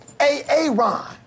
A-A-Ron